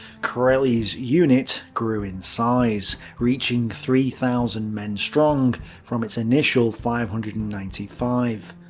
kureli's unit grew in size, reaching three thousand men strong from its initial five hundred and ninety five.